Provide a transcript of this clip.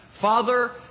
father